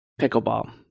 pickleball